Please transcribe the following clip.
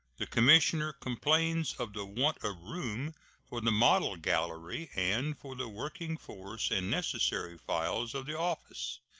the commissioner complains of the want of room for the model gallery and for the working force and necessary files of the office.